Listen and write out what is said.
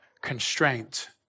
constraint